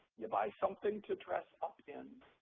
you buy something to dress up in.